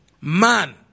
man